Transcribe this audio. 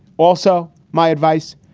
also my advice,